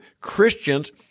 Christians